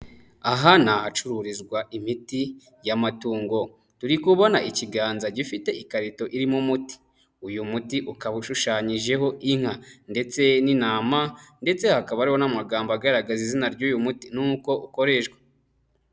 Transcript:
Aha ni ahacururizwa imiti y'amatungo, turi kubona ikiganza gifite ikarito irimo umuti, uyu muti ukaba ushushanyijeho inka ndetse n'intama, ndetse hakaba hari n'amagambo agaragaza izina ry'uyu muti n'uko ukoreshwa.